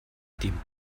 dem